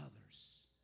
others